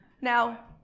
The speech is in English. Now